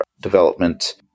development